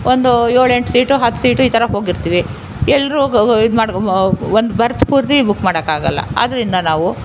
ಒಂದು ಏಳೆಂಟು ಸೀಟು ಹತ್ತು ಸೀಟು ಈ ಥರ ಹೋಗಿರ್ತೀವಿ ಎಲ್ಲರೂ ಇದು ಮಾಡಿ ಒಂದು ಬರ್ತ್ ಪೂರ್ತಿ ಬುಕ್ ಮಾಡೋಕ್ಕಾಗಲ್ಲ ಅದರಿಂದ ನಾವು